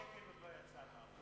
עד היום שקל לא יצא מהערבויות האלה.